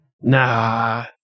Nah